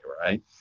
right